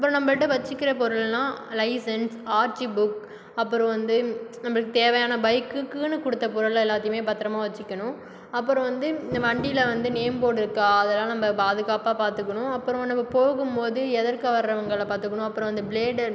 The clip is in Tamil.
இப்போ நம்பள்ட்ட வச்சுக்கற பொருள்னால் லைசன்ஸ் ஆர்சி புக் அப்பறம் வந்து நம்பளுக்கு தேவையான பைக்குக்குனு கொடுத்த பொருள் எல்லாத்தையுமே பத்திரமா வச்சுக்கணும் அப்பறம் வந்து வண்டியில் வந்து நேம் போர்ட் இருக்கா அதெலாம் நம்ப பாதுகாப்பாக பார்த்துக்கணும் அப்பறம் நம்ம போகும்போது எதிர்க்க வரவங்களை பார்த்துக்கணும் அப்பறம் அந்த ப்ளேடர்